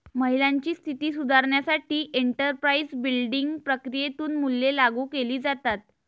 महिलांची स्थिती सुधारण्यासाठी एंटरप्राइझ बिल्डिंग प्रक्रियेतून मूल्ये लागू केली जातात